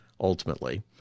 ultimately